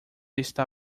está